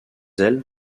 elle